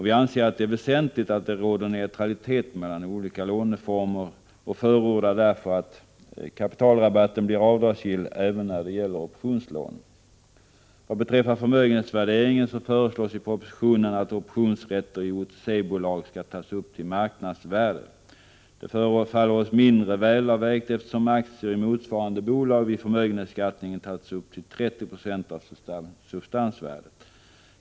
Vi anser att det är väsentligt att det råder en neutralitet i beskattningen mellan olika låneformer och förordar därför att kapitalrabatten blir avdragsgill även när det gäller optionslån. Vad beträffar förmögenhetsvärderingen föreslås i propositionen att optionsrätterna i OTC-bolag skall tas upp till marknadsvärdet. Det förefaller oss mindre väl avvägt, eftersom aktier i motsvarande bolag vid förmögenhetsbeskattning tas upp till 30 26 av substansvärdet.